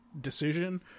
decision